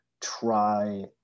try